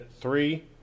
three